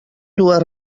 dues